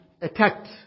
attacked